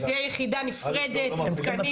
שתהיה יחידה נפרדת עם תקנים,